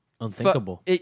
Unthinkable